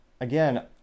again